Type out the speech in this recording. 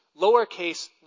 lowercase